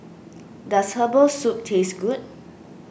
does Herbal Soup taste good